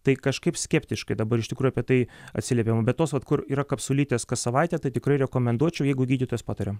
tai kažkaip skeptiškai dabar iš tikrųjų apie tai atsiliepiama bet tos kur yra kapsulytės kas savaitę tai tikrai rekomenduočiau jeigu gydytojas pataria